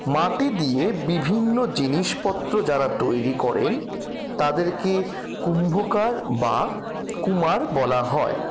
মাটি দিয়ে বিভিন্ন জিনিসপত্র যারা তৈরি করেন তাদেরকে কুম্ভকার বা কুমোর বলা হয়